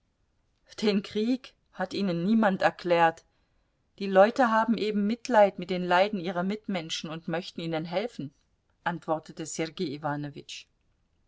den krieg hat ihnen niemand erklärt die leute haben eben mitleid mit den leiden ihrer mitmenschen und möchten ihnen helfen antwortete sergei